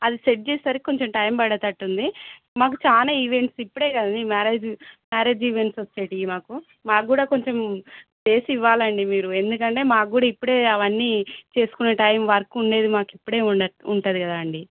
అది సెట్ చేసేసరికి కొంచెం టైం పడేటట్టు ఉంది మాకు చాలా ఈవెంట్స్ ఇప్పుడే కదండి మ్యారేజ్ మ్యారేజ్ ఈవెంట్స్ వచ్చేవి మాకు మాకు కూడా కొంచెం చేసి ఇవ్వాలండి మీరు ఎందుకంటే మాకు కూడా ఇప్పుడే అవన్నీ చేసుకునే టైం వర్క్ ఉండేది మాకు ఇప్పుడే ఉండ ఉంటది కదా అండి